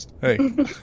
Hey